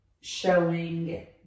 showing